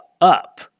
up